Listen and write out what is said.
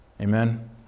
Amen